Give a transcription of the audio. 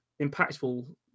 impactful